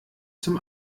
zum